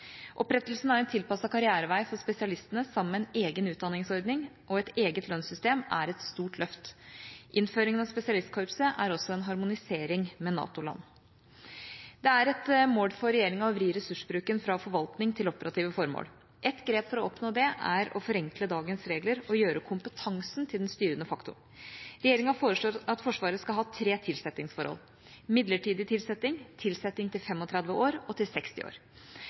Opprettelsen av en tilpasset karrierevei for spesialistene sammen med en egen utdanningsordning og et eget lønnssystem er et stort løft. Innføringen av spesialistkorpset er også en harmonisering med NATO-land. Det er et mål for regjeringa å vri ressursbruken fra forvaltning til operative formål. Et grep for å oppnå det er å forenkle dagens regler og gjøre kompetansen til den styrende faktoren. Regjeringa foreslår at Forsvaret skal ha tre tilsettingsforhold: midlertidig tilsetting, tilsetting til 35 år og tilsetting til 60 år.